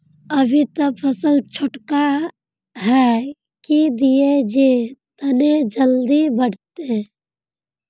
अभी ते फसल छोटका है की दिये जे तने जल्दी बढ़ते?